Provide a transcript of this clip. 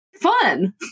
fun